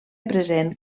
present